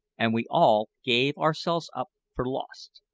and we all gave ourselves up for lost.